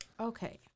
okay